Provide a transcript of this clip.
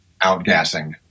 outgassing